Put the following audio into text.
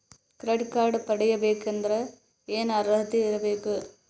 Credit card ಪಡಿಬೇಕಂದರ ಏನ ಅರ್ಹತಿ ಇರಬೇಕು?